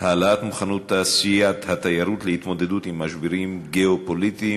והעלאת מוכנות תעשיית התיירות להתמודדות עם משברים גיאו-פוליטיים.